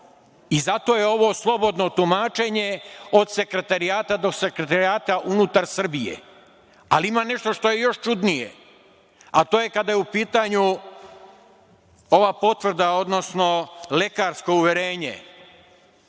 Zato je ovo slobodno tumačenje od sekretarijata, do sekretarijata unutar Srbije. Ali, ima nešto što je još čudnije, a to je, kada je u pitanju ova potvrda, odnosno lekarsko uverenje